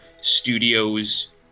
studios